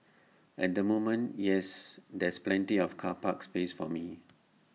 at the moment yes there's plenty of car park space for me